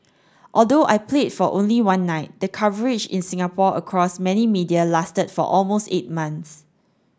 although I played for only one night the coverage in Singapore across many media lasted for almost eight months